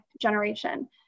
generation